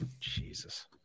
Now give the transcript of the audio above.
jesus